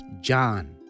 John